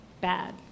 Bad